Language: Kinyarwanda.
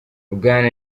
bwana